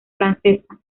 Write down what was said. francesa